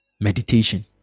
meditation